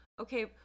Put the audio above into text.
Okay